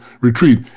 retreat